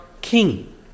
King